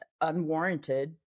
unwarranted